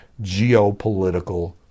geopolitical